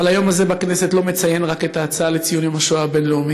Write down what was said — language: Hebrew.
אבל היום הזה בכנסת לא מציין רק את ההצעה לציון יום השואה הבין-לאומי,